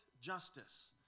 justice